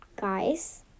guys